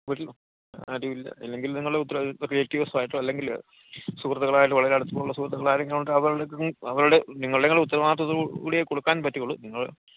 വീട്ടിൽ ആരുമില്ല അല്ലെങ്കിൽ നിങ്ങള് റിലേറ്റീവ്സുമായിട്ടോ അല്ലെങ്കില് സുഹൃത്തുക്കളായിട്ട് വളരെ അടുപ്പമുള്ള സുഹൃത്തുക്കളാരെങ്കിലുമുണ്ടോ അതോ അവരുടെ നിങ്ങൾ നിങ്ങളുടെ ഉത്തരവാദിത്തത്തോടുകൂടിയേ കൊടുക്കാൻ പറ്റുകയുള്ളൂ നിങ്ങൾ